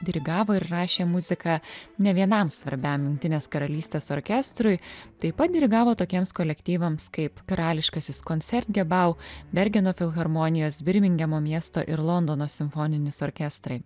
dirigavo ir rašė muziką ne vienam svarbiam jungtinės karalystės orkestrui taip pat dirigavo tokiems kolektyvams kaip karališkasis koncertgebau bergeno filharmonijos birmingemo miesto ir londono simfoninis orkestrai